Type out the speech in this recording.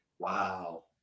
Wow